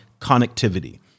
connectivity